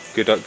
Good